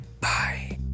Bye